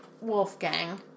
Wolfgang